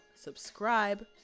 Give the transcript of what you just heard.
subscribe